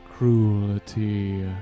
Cruelty